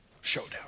showdown